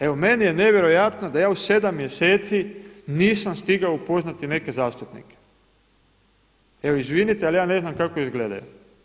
Evo meni je nevjerojatno da ja u sedam mjeseci nisam stigao upoznati neke zastupnike, evo izvinite ali ja ne znam kako izgledaju.